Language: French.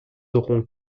auront